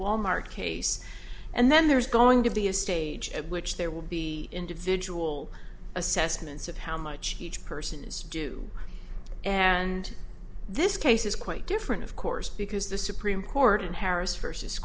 wal mart case and then there's going to be a stage at which there will be individual assessments of how much each person is due and this case is quite different of course because the supreme court in harris